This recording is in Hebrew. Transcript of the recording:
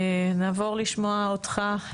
נעבור לשמוע אותך,